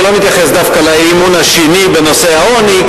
אני לא מתייחס דווקא לאי-אמון השני בנושא העוני,